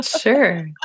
Sure